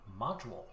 module